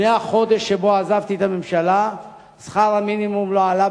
מהחודש שבו עזבתי את הממשלה שכר המינימום לא עלה,